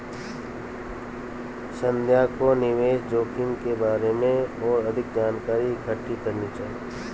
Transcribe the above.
संध्या को निवेश जोखिम के बारे में और अधिक जानकारी इकट्ठी करनी चाहिए